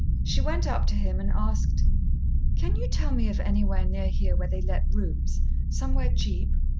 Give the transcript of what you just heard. she went up to him and asked can you tell me of anywhere near here where they let rooms somewhere cheap?